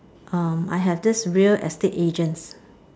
um I have this real estate agents